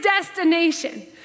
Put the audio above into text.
destination